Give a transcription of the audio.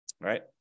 right